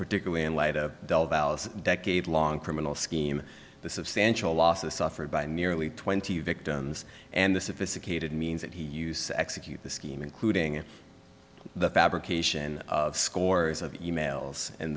particularly in light of valve's decade long criminal scheme the substantial losses suffered by merely twenty victims and the sophisticated means that he used to execute the scheme including the fabrication of scores of emails and